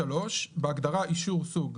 בהגדרה "אישור סוג",